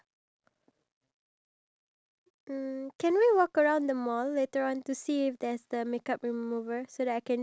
you know take a photo from our phone and then like or use your phone for the photo use my phone for the recording